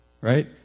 right